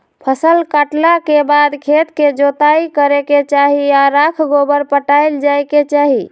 फसल काटला के बाद खेत के जोताइ करे के चाही आऽ राख गोबर पटायल जाय के चाही